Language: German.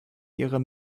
ihrer